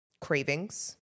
cravings